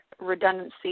redundancy